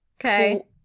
Okay